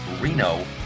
Reno